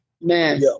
Man